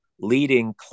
leading